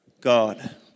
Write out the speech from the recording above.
God